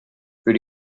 für